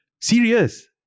Serious